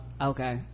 okay